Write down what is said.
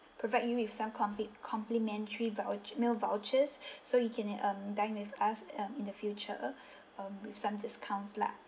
provide you with some compli~ complimentary voucher meal vouchers so you can um dine with us um in the future um with some discounts lah